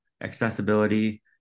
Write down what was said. accessibility